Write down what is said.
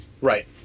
Right